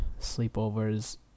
sleepovers